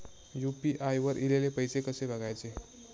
UPI वर ईलेले पैसे कसे बघायचे?